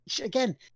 Again